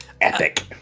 epic